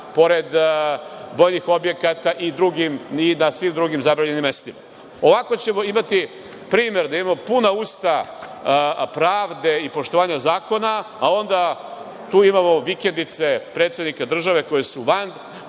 pored vojnih objekata i na svim drugim zabranjenim mestima. Ovako ćemo imati primer da imamo puna usta pravde i poštovanja zakona, a onda tu imamo vikendice predsednika države koje su van